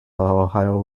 ohio